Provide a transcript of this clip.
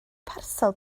parsel